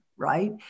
Right